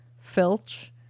Filch